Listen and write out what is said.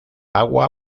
agua